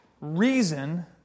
reason